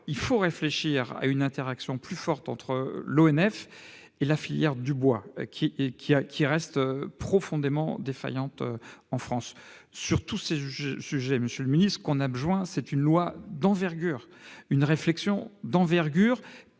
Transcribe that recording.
il faut réfléchir à une interaction plus forte entre l'ONF et la filière du bois, qui reste profondément défaillante en France. Sur tous ces sujets, monsieur le ministre, il faut une loi d'envergure, une réflexion d'envergure